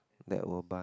they will buy